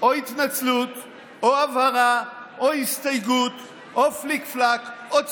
או התנצלות או הבהרה או הסתייגות או פליק-פלאק או צוקהארה.